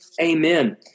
amen